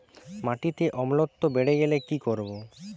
মাটিতে অম্লত্ব বেড়েগেলে কি করব?